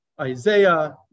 Isaiah